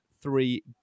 three